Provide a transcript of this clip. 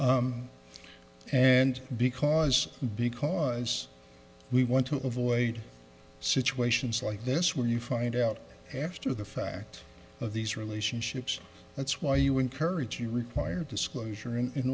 for and because because we want to avoid situations like this when you find out after the fact of these relationships that's why you encourage you require disclosure